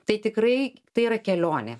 tai tikrai tai yra kelionė